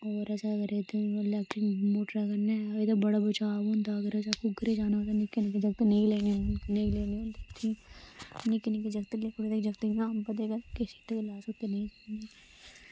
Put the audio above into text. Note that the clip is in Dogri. ते ओह् अगर अस मोटरै कन्नै एह्दा बड़ा बचाव होंदा ते उप्परै जाने कन्नै जागत नेईं लैने नेईं लैने निक्के निक्के जागत होंदे शरारती ते इत्त गल्ला अस नेईं लैने